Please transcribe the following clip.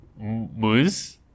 Moose